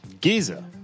Giza